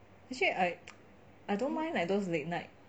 actually I I don't mind like those late night